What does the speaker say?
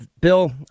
Bill